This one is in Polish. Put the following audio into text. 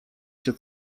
się